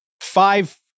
five